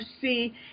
see